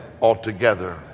altogether